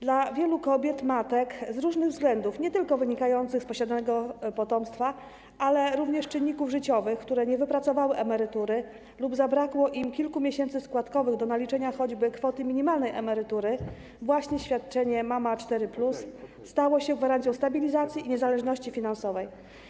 Dla wielu kobiet, matek, które z różnych względów - nie tylko wynikających z posiadania potomstwa, ale również czynników życiowych - nie wypracowały emerytury lub zabrakło im kilku miesięcy składkowych do naliczenia choćby kwoty minimalnej emerytury, właśnie świadczenie „Mama 4+” stało się gwarancją stabilizacji i niezależności finansowej.